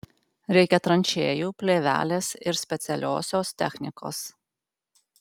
reikia tranšėjų plėvelės ir specialiosios technikos